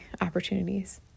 opportunities